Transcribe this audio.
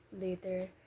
later